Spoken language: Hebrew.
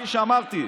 כפי שאמרתי: